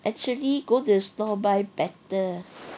actually go to store by better